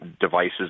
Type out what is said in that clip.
devices